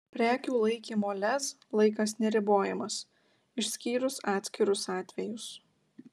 prekių laikymo lez laikas neribojamas išskyrus atskirus atvejus